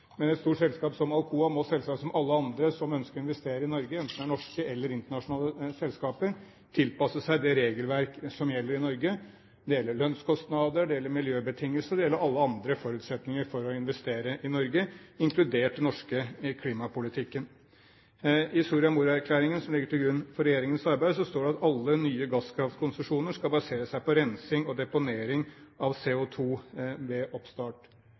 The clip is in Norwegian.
Men et stort selskap som Alcoa må selvsagt – som alle andre som ønsker å investere i Norge, enten de er norske eller internasjonale selskaper – tilpasse seg det regelverk som gjelder i Norge. Det gjelder lønnskostnader, det gjelder miljøbetingelser og det gjelder alle andre forutsetninger for å investere i Norge, inkludert den norske klimapolitikken. I Soria Moria-erklæringen, som ligger til grunn for regjeringens arbeid, står det at «alle nye gasskraftkonsesjoner skal basere seg på rensing og deponering av CO2 ved oppstart».